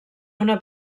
una